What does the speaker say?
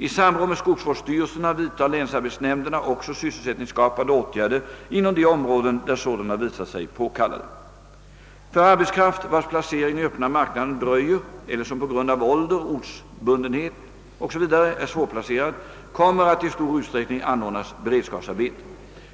I samråd med skogsvårdsstyrelserna vidtar länsarbetsnämnderna också sysselsättningsskapande åtgärder inom de områden där sådana visat sig påkallade. För arbetskraft, vars placering i öppna marknaden dröjer eller som på grund av ålder, ortsbundenhet etc. är svårplacerad, kommer att i stor utsträckning anordnas beredskapsarbete.